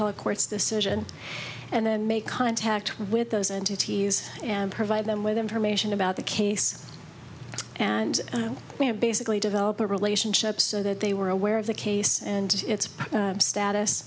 appellate court's decision and then make contact with those entities and provide them with information about the case and we have basically developed a relationship so that they were aware of the case and its status